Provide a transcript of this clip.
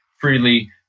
freely